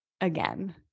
again